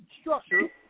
structure –